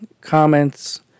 comments